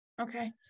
okay